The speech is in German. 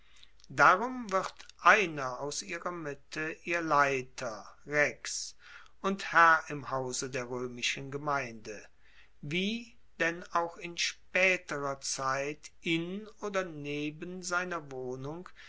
darum wird einer aus ihrer mitte ihr leiter rex und herr im hause der roemischen gemeinde wie denn auch in spaeterer zeit in oder neben seiner wohnung